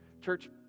Church